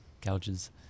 Gouges